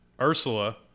Ursula